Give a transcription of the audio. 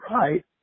right